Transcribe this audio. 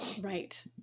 Right